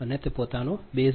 345 p